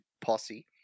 posse